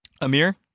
Amir